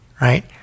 right